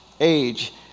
age